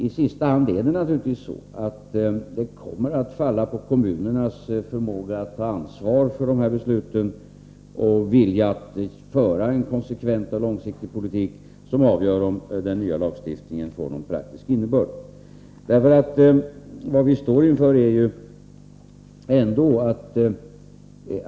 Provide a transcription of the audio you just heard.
I sista hand kommer det att bli kommunernas förmåga att ta ansvar för dessa beslut och deras vilja att föra en konsekvent och långsiktig politik som avgör om den nya lagstiftningen får någon praktisk innebörd.